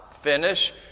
finish